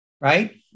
right